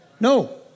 No